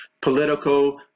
political